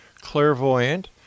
clairvoyant